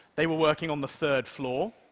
they were working on the third floor.